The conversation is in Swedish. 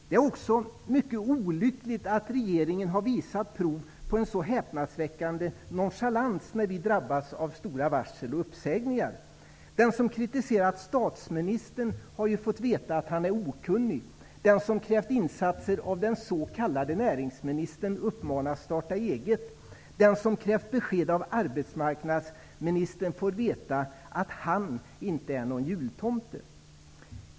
Det är också mycket olyckligt att regeringen har visat prov på en så häpnadsväckande nonchalans när vi drabbats av omfattande varsel och uppsägningar: -- Den som kritiserat statsministern har fått veta att han är okunnig. -- Den som krävt insatser av den s.k. näringsministern uppmanas starta eget. -- Den som krävt besked av arbetsmarknadsministern har fått veta att han inte är någon jultomte.